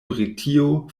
britio